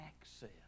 access